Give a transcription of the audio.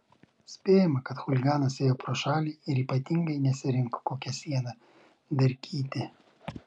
spėjama kad chuliganas ėjo pro šalį ir ypatingai nesirinko kokią sieną darkyti